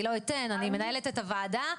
אני מנהלת את הוועדה,